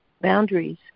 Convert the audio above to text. boundaries